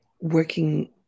working